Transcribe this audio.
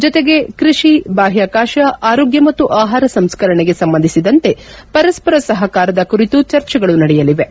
ಜತೆಗೆ ಕೃಷಿ ಬಾಹ್ವಾಕಾಶ ಆರೋಗ್ಯ ಮತ್ತು ಆಹಾರ ಸಂಸ್ಕರಣೆಗೆ ಸಂಬಂಧಿಸಿದಂತೆ ಪರಸ್ಪರ ಸಹಕಾರದ ಕುರಿತು ಚರ್ಚೆಗಳು ನಡೆಯಲಿವೆ